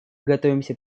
готовимся